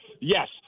Yes